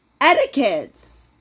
etiquettes